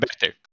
better